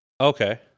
Okay